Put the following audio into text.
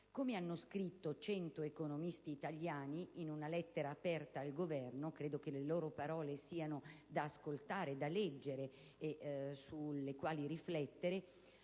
Come hanno scritto 100 economisti italiani in una lettera aperta al Governo - credo che le loro parole siano da ascoltare, da leggere e da considerare